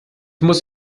muss